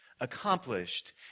accomplished